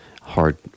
hard